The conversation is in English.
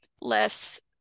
less